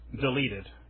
deleted